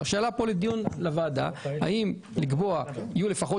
השאלה לדיון בוועדה היא האם לקבוע שיהיו לפחות